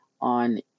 on